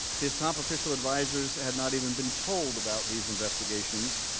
his top official advisors had not even been told about these investigations,